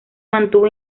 mantuvo